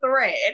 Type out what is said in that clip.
thread